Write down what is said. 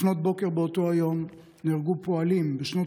לפנות בוקר באותו היום נהרגו פועלים בשנות